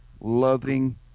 loving